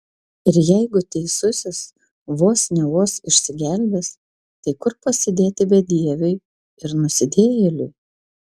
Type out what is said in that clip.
ir jeigu teisusis vos ne vos išsigelbės tai kur pasidėti bedieviui ir nusidėjėliui